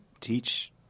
teach